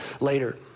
later